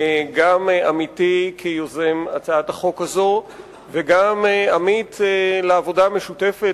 גם עמיתי כיוזם הצעת החוק הזאת וגם עמית לעבודה משותפת,